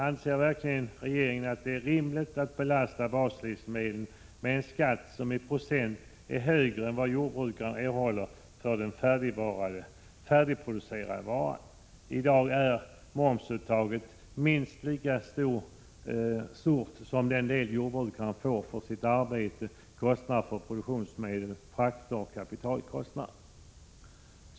Anser verkligen regeringen att det är rimligt att belasta baslivsmedlen med en skatt som i procent är högre än vad jordbrukaren erhåller för den färdigproducerade varan? I dag är momsuttaget minst lika stort som den del jordbrukaren får för sitt arbete, kostnader för produktionsmedel, frakter och kapitalkostnader.